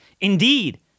Indeed